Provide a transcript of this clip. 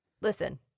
Listen